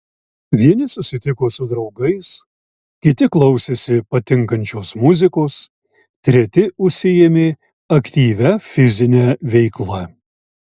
vieni susitiko su draugais kiti klausėsi patinkančios muzikos treti užsiėmė aktyvia fizine veikla